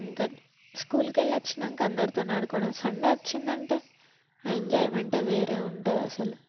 ఇంకా స్కూలుకు వెళ్ళి వచ్చినంక అందరితో ఆడుకోవడం సండే వచ్చిందంటే ఆ ఎంజాయ్మెంట్యే వేరే ఉంటుంది అసలు